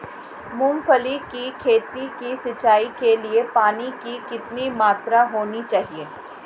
मूंगफली की खेती की सिंचाई के लिए पानी की कितनी मात्रा होनी चाहिए?